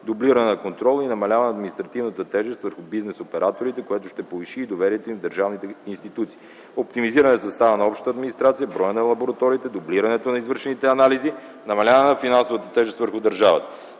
дублиране на контрола и намаляване административната тежест върху бизнес операторите, което ще повиши доверието и в държавните институции, оптимизиране състава на общата администрация, броя на лабораториите, дублиране на извършените анализи, намаляване на финансовата тежест върху държавата.